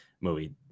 movie